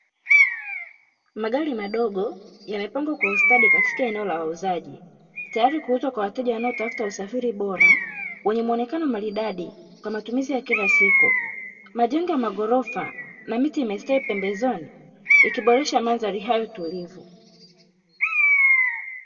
Magari madogo yamepangwa kwa ustadi katika eneo la wauzaji tayari kuuzwa kwa wateja wanaotafuta usafiri bora wenye muonekano maridadi kwa matumizi ya kila siku, majengo ya maghorofa na miti imestawi pembezoni ikiboresha mandhari hayo tulivu.